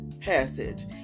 passage